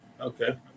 Okay